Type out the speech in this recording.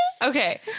Okay